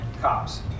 cops